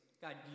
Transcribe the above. God